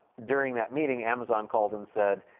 during that meeting, amazon called and said,